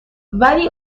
ولی